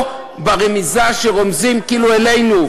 או רמיזה שרומזת כאילו עלינו.